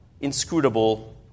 inscrutable